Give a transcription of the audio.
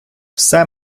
все